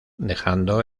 dejando